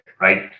right